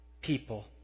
people